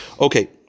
Okay